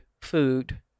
food